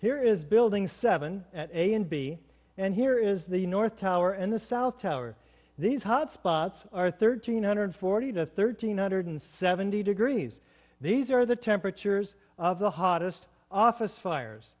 here is building seven at a and b and here is the north tower and the south tower these hot spots are thirteen hundred forty to thirty nine hundred seventy degrees these are the temperatures of the hottest office fires